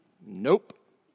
Nope